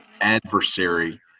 adversary